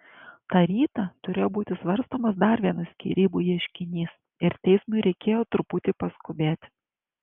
tą rytą turėjo būti svarstomas dar vienas skyrybų ieškinys ir teismui reikėjo truputį paskubėti